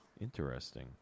Interesting